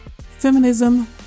feminism